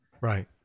Right